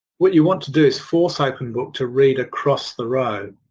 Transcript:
what you want to do is force openbook to read across the row.